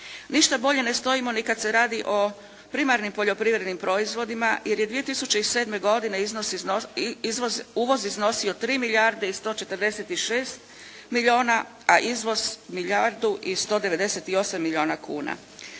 Ništa bolje ne stojimo ni kad se radi o primarnim poljoprivrednim proizvodima jer je 2007. godine uvoz iznosio 3 milijarde 146 milijuna, a izvoz milijardu 198 milijuna kuna.